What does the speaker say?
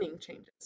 changes